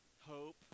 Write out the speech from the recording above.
hope